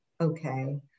okay